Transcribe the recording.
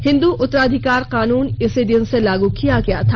हिंदू उत्तराधिकार कानून इसी दिन से लागू किया गया था